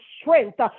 strength